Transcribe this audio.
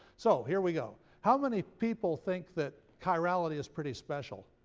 so here we go. how many people think that chirality is pretty special?